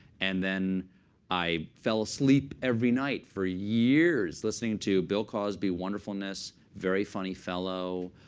and then i fell asleep every night for years listening to bill cosby, wonderfulness, very funny fellow,